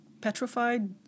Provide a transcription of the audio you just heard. petrified